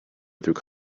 through